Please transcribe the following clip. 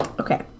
Okay